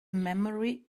memory